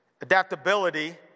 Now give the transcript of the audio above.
Adaptability